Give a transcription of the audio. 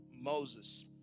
Moses